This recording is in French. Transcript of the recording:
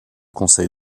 conseil